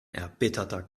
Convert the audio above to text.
erbitterter